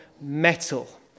metal